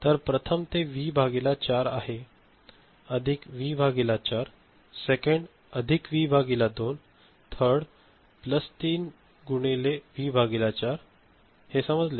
तर प्रथम ते व्ही भागिले चार आहे अधिक व्ही भागिले चार सेकंड अधिक व्ही भागिले दोन आणि थर्ड प्लस तीन गुणिले व्ही भागिले चार हे समजले